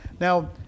Now